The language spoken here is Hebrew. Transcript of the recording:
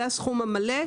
זה הסכום המלא.